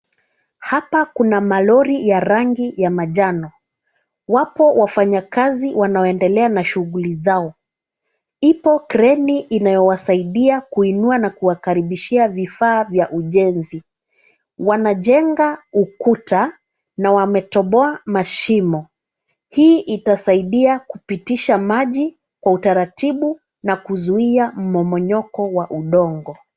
Hapa kuna malori ya rangi ya manjano. Wapo wafanyakazi wanaoendelea na shughuli zao. Ipo kreni inayowasaidia kuinua na kuwakaribishia vifaa vya ujenzi. Wanajenga ukuta na wametoboa mashimo. Hii itasaidia kupitisha maji kwa utaratibu na kuzuia mmomonyoko wa udongo.